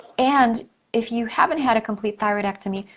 and if you haven't had a complete thyroidectomy,